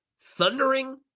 thundering